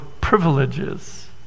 privileges